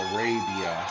Arabia